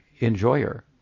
enjoyer